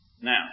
Now